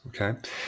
okay